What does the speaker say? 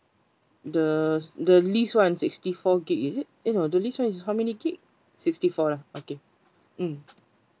the the least one sixty four gigabytes is it uh the least [one] is how many gigabytes sixty four ah okay mm